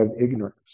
ignorance